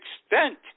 extent